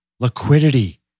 Liquidity